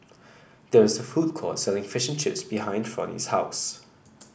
there is a food court selling Fishing Chips behind Fronie's house